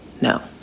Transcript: no